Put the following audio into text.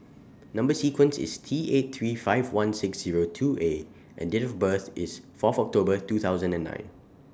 Number sequence IS T eight three five one six two A and Date of birth IS Fourth October two thousand and nine